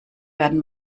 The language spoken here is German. werden